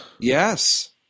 Yes